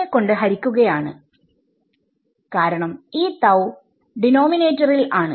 നെ കൊണ്ട് ഹരിക്കുകയാണ് കാരണം ഈ ഡെനോമിനേറ്ററിൽആണ്